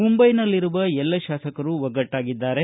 ಮುಂಬಯಿನಲ್ಲಿರುವ ಎಲ್ಲ ಶಾಸಕರು ಒಗ್ಗಟ್ವಾಗಿದ್ದಾರೆ